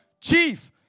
chief